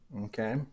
Okay